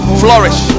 flourish